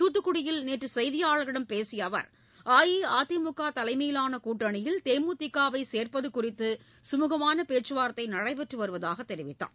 தூத்துக்குடியில் நேற்று செய்தியாளர்களிடம் பேசிய அவர் அஇஅதிமுக தலைமையிலான கூட்டணியில் தேமுதிகவை சேர்ப்பது குறித்த சுழகமான பேச்சுவார்த்தை நடைபெற்று வருவதாக தெரிவித்தார்